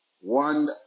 One